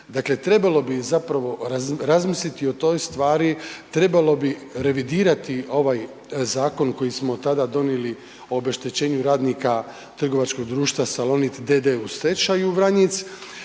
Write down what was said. trebalo bi zapravo razmisliti o toj stvari, trebalo bi revidirati ovaj zakon koji smo tada donijeli o obeštećenju radnika trgovačkog društva Salonit d.d. u stečaju, Vranjic,